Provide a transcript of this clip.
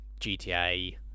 gta